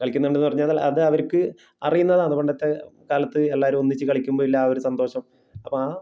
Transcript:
കളിക്കുന്നുണ്ട് എന്ന് പറഞ്ഞാൽ അത് അവഋക്ക് അറിയുന്നതാണ് പണ്ടത്തെ കാലത്ത് എല്ലാവരും ഒന്നിച്ച് കളിക്കുമ്പോൾ ഉള്ള ആ ഒരു സന്തോഷം അപ്പോൾ ആ